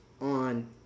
on